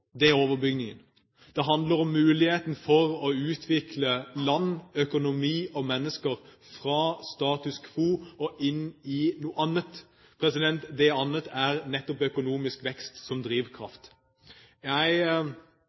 er overbyggingen. Det handler om muligheten for å utvikle land, økonomi og mennesker fra status quo og inn i noe annet. Det «annet» er nettopp økonomisk vekst som drivkraft. Jeg